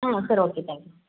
ஆ சரி okay thank you